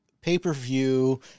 pay-per-view